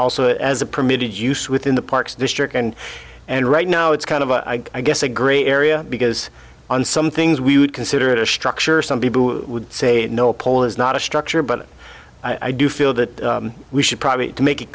also as a permitted use within the park's district and and right now it's kind of i guess a gray area because on some things we would consider it a structure some people would say no a pole is not a structure but i do feel that we should profit to make it